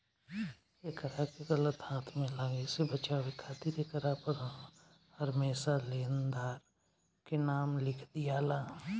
एकरा के गलत हाथ में लागे से बचावे खातिर एकरा पर हरमेशा लेनदार के नाम लिख दियाला